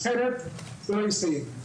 אחרת זה לא יסתיים.